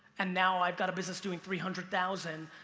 and now i've got a business doing three hundred thousand